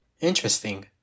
Interesting